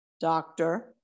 doctor